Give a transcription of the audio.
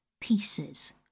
pieces